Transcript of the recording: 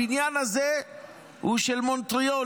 הבניין הזה הוא של מונטריאול.